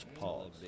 pause